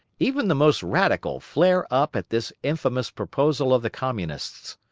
even the most radical flare up at this infamous proposal of the communists.